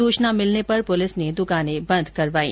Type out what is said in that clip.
सूचना मिलने पर पुलिस ने दुकाने बंद करवायी